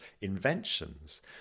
inventions